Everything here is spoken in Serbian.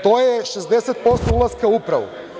To je 60% ulaska u upravu.